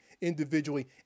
individually